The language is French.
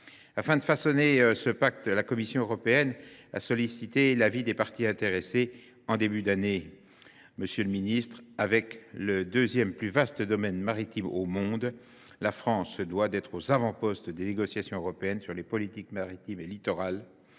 Afin de préparer ce pacte, la Commission européenne a sollicité l’avis des parties intéressées en début d’année. La France, qui possède le deuxième domaine maritime au monde, se doit d’être aux avant postes des négociations européennes sur les politiques maritimes et littorales.